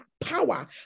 power